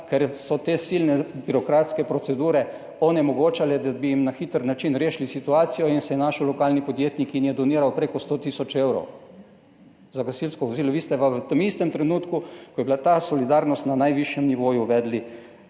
ker so te silne birokratske procedure onemogočale, da bi jim na hiter način rešili situacijo, in se je našel lokalni podjetnik in je doniral prek 100 tisoč za gasilsko vozilo, vi ste pa v istem trenutku, ko je bila ta solidarnost na najvišjem nivoju, uvedli